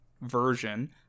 version